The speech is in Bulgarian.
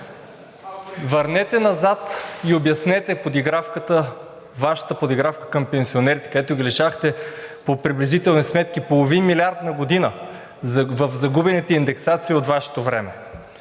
Върнете назад и обяснете Вашата подигравка към пенсионерите, където ги лишавахте по приблизителни сметки половин милиард на година в загубените индексации от Вашето време.